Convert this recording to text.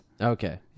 Okay